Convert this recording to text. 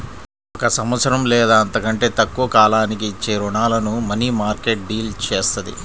ఒక సంవత్సరం లేదా అంతకంటే తక్కువ కాలానికి ఇచ్చే రుణాలను మనీమార్కెట్ డీల్ చేత్తది